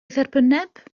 dderbynneb